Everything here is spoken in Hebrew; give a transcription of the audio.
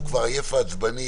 הוא כבר עייף ועצבני,